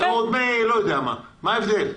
מה ההבדל?